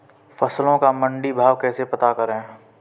फसलों का मंडी भाव कैसे पता करें?